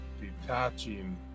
detaching